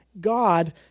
God